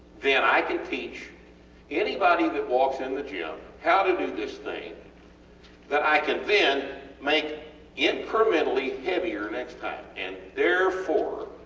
then i can teach anybody that walks in the gym how to do this thing that i can then make incrementally heavier next time and therefore